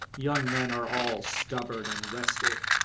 young men are all stubborn and restive.